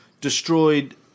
destroyed